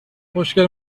خوشگل